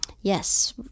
Yes